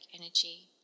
energy